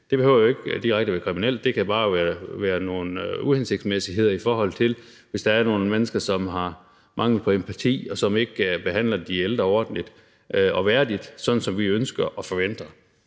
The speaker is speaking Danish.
Det behøver ikke direkte at være kriminelt. Det kan bare være nogle uhensigtsmæssigheder i forhold til, hvis der er nogle mennesker, som har mangel på empati, og som ikke behandler de ældre ordentligt og værdigt, sådan som vi ønsker og forventer